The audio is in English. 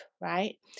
right